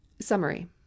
Summary